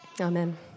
Amen